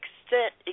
extent